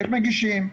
איך מגישים,